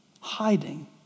hiding